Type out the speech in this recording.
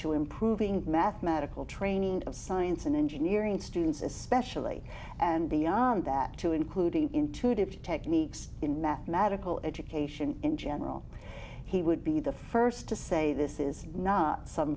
to improving mathematical training of science and engineering students especially and beyond that too including intuitive techniques in mathematical education in general he would be the first to say this is not some